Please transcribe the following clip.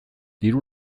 diru